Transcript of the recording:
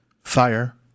Fire